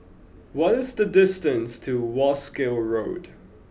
what is the distance to Wolskel Road